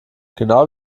genau